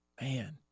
Man